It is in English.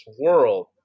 world